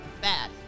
Bad